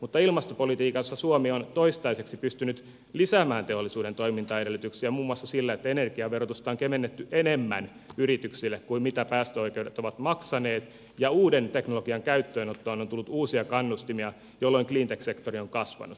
mutta ilmastopolitiikassa suomi on toistaiseksi pystynyt lisäämään teollisuuden toimintaedellytyksiä muun muassa sillä että energiaverotusta on kevennetty enemmän yrityksille kuin mitä päästöoikeudet ovat maksaneet ja uuden teknologian käyttöönottoon on tullut uusia kannustimia jolloin cleantech sektori on kasvanut